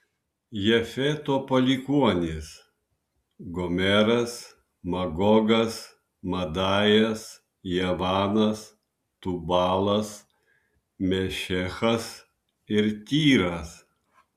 jafeto palikuonys gomeras magogas madajas javanas tubalas mešechas ir tyras